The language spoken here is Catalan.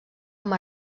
amb